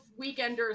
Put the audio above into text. weekenders